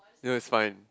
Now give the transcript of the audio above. ya it's fine